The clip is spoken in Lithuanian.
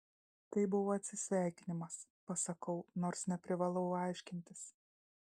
tai buvo atsisveikinimas pasakau nors neprivalau aiškintis